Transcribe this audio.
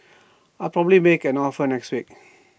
I'll probably make an offer next week